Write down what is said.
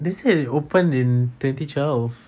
they said they open in twenty twelve